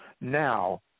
Now